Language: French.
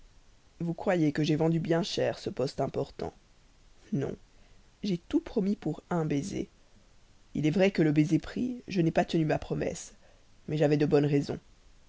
vous croyez que j'ai vendu bien cher ce poste important non j'ai tout promis pour un baiser il est vrai que le baiser pris je n'ai pas tenu ma promesse mais j'avais de bonnes raisons